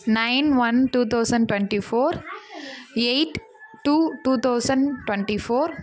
nine one two thousand twenty four eight two two thousand twenty four